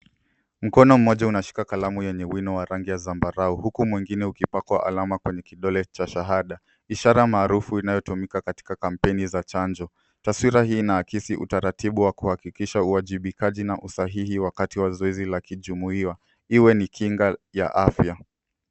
Mkono mmoja unashika kalamu yenye wino wa rangi ya zambarau huku mwingine ukipakwa alama kwenye kidole cha shahada. Ishara maarufu inayotumika katika kampeni za chanjo. Taswira hii inaakisi utaratibu wa kuhakikisha uwajibikaji na usahihi wakati wa zoezi la kijumuiya, iwe ni kinga ya afya.